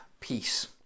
peace